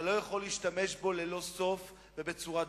אתה לא יכול להשתמש בו ללא סוף, ובצורה דורסנית.